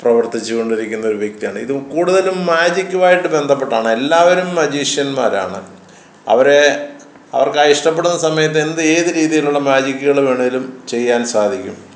പ്രവർത്തിച്ചു കൊണ്ടിരിക്കുന്ന ഒരു വ്യക്തിയാണ് ഇതു കൂടുതലും മേജിക്കുമായിട്ട് ബന്ധപ്പെട്ടാണ് എല്ലാവരും മജീഷ്യന്മാരാണ് അവരെ അവർക്കാണ് ഇഷ്ടപ്പെടുന്ന സമയത്ത് എന്ത് ഏത് രീതിയിലുള്ള മേജിക്കുകൾ വേണമെങ്കിലും ചെയ്യാൻ സാധിക്കും